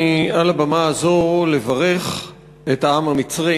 מעל הבמה הזאת אני רוצה לברך את העם המצרי